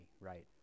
right